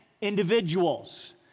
individuals